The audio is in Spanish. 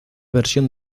versión